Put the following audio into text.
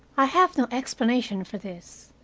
i have no explanation for this.